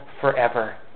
forever